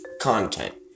content